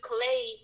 Clay